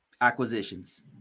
acquisitions